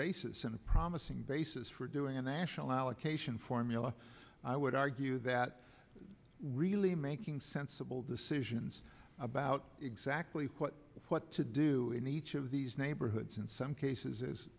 basis and a promising basis for doing a national allocation formula i would argue that really making sensible decisions about exactly what what to do in each of these neighborhoods in some cases is